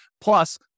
Plus